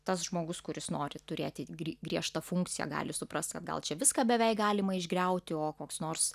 tas žmogus kuris nori turėti gri griežtą funkciją gali suprast kad gal čia viską beveik galima išgriauti o koks nors